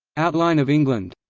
outline of england